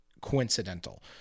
coincidental